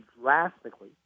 drastically